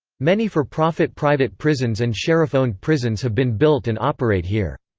many for-profit private prisons and sheriff-owned prisons have been built and operate here.